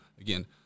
again